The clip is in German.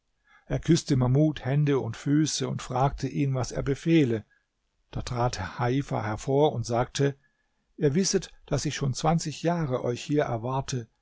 er küßte mahmud hände und füße und fragte ihn was er befehle da trat heifa hervor und sagte ihr wisset daß ich schon zwanzig jahre euch hier erwarte